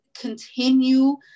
continue